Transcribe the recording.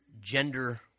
gender